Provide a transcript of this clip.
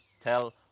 tell